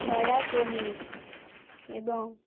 soya paneer এবং